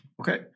Okay